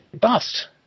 bust